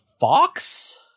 fox